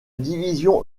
division